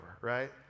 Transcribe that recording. right